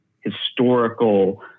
historical